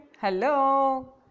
hello